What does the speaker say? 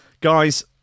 Guys